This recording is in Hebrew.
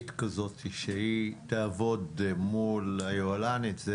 שתעבוד מול היוהל"מית זה